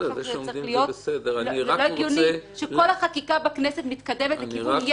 זה לא הגיוני שכל החקיקה בכנסת מתקדמת לכיוון של